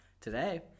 today